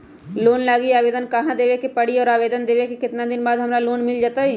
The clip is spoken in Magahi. लोन लागी आवेदन हमरा कहां देवे के पड़ी और आवेदन देवे के केतना दिन बाद हमरा लोन मिल जतई?